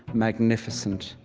magnificent,